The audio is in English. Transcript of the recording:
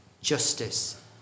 justice